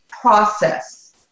process